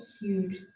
huge